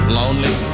lonely